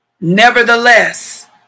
Nevertheless